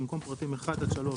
במקום "בפרטים 1 עד 3,